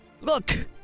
look